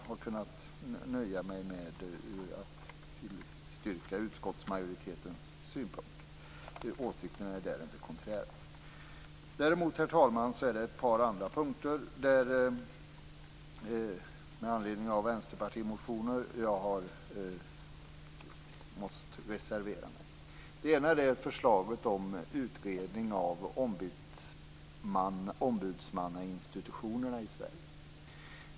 Jag kan nöja mig med att tillstyrka utskottsmajoritetens uppfattning. Däremot har jag, herr talman, på ett par andra punkter måst reservera mig med anledning av vänsterpartimotioner. Den första gäller förslaget om utredning av ombudsmannainstitutionerna i Sverige.